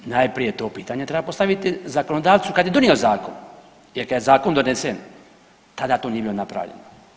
Najprije to pitanje treba postaviti zakonodavcu kad je donio zakon, jer kada je zakon donesen tada to nije bilo napravljeno.